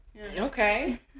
okay